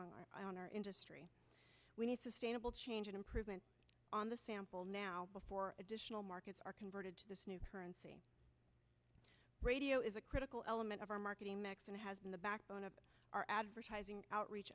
on our on our industry we need sustainable change and improvement on the sample now before additional markets are converted to this new currency radio is a critical element of our marketing mix and has been the backbone of our advertising outreach